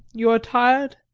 you are tired?